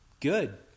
good